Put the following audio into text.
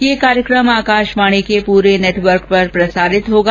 ये कार्यक्रम आकाशवाणी के पूरे नेटवर्क पर प्रसारित होगा